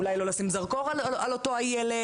אולי לא לשים זרקור על אותו הילד,